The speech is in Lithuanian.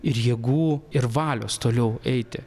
ir jėgų ir valios toliau eiti